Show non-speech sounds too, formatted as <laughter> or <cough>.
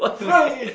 <noise>